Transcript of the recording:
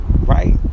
right